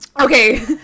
Okay